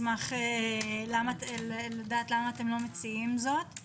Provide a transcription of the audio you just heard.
למה אתם לא מציעים זאת?